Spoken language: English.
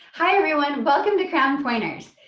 hi everyone, welcome to crown pointers.